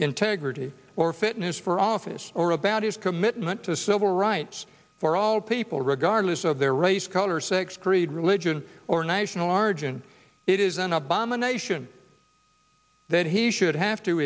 integrity or fitness for office or about his commitment to civil rights for all people regardless of their race color sex creed religion or national origin it is an abomination that he should have to